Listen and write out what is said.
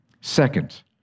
Second